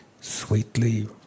sweetly